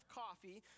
coffee